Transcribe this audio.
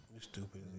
stupid